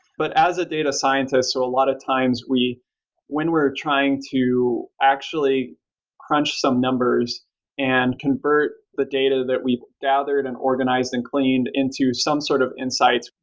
but as a data scientist, so a lot of times when we're trying to actually crunch some numbers and convert the data that we gathered and organized and cleaned into some sort of insights,